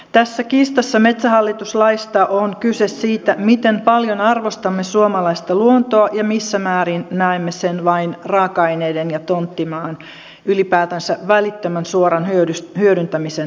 tässä kiistassa metsähallitus laista on kyse siitä miten paljon arvostamme suomalaista luontoa ja missä määrin näemme sen vain raaka aineiden ja tonttimaan ylipäätänsä välittömän suoran hyödyntämisen lähteenä